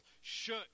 shook